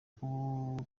kuba